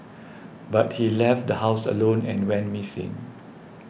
but he left the house alone and went missing